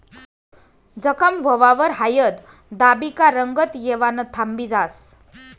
जखम व्हवावर हायद दाबी का रंगत येवानं थांबी जास